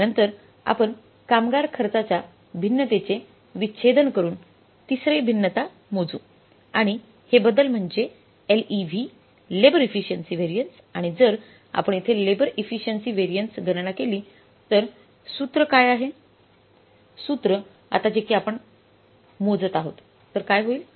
यानंतर आपण कामगार खर्चाच्या भिन्नतेचे विच्छेदन म्हणून तिसरे भिन्नता मोजू आणि हे बदल म्हणजे LEV लेबर इफिशिएंसि व्हॅरियन्स आणि जर आपण येथे लेबर इफिशिएंसि व्हॅरियन्स गणना केली तर सूत्र काय आहे सूत्र आता जे कि आपण आता मोजत आहोत तर काय होईल